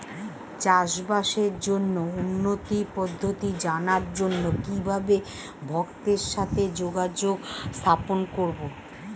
চাষবাসের জন্য উন্নতি পদ্ধতি জানার জন্য কিভাবে ভক্তের সাথে যোগাযোগ স্থাপন করব?